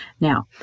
Now